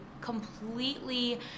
completely